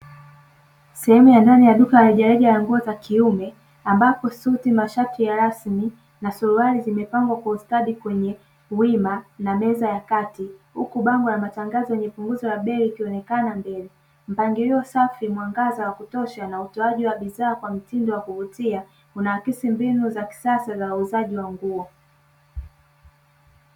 Sehemu ya ndani ya duka la rejareja la nguo za kiume ambapo suti, mashati rasmi na suruali zimepangwa kwa ustadi kwenye wima na meza ya kati huku bango la matangazo lenye punguzo la bei, likionekana mbele mpangilio safi mwangaza wa kutosha na utoaji wa bidhaa kwa mtindo wa kuvutia unaakisi mbinu za kisasa za uuzaji wa nguo.